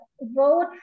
vote